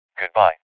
Goodbye